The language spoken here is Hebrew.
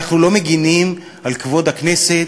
אנחנו לא מגינים על כבוד הכנסת,